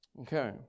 Okay